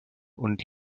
und